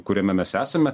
kuriame mes esame